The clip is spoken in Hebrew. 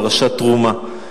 פרשת תרומה.